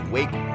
Wake